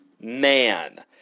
man